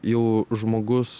jau žmogus